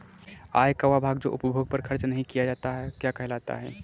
आय का वह भाग जो उपभोग पर खर्च नही किया जाता क्या कहलाता है?